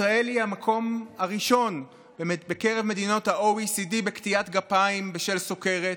ישראל היא המקום הראשון בקרב מדינות ה-OECD בקטיעת גפיים בשל סוכרת,